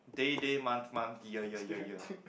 day day month month year year year year